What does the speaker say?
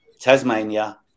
Tasmania